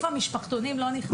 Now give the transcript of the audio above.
המשפחתונים לא נכנסים.